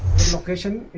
solution